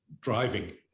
driving